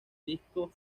disco